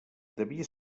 devia